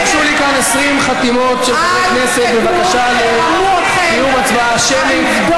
הוגשו לי כאן 20 חתימות של חברי הכנסת בבקשה לקיום הצבעה שמית.